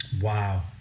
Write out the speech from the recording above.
Wow